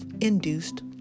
induced